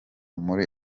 muri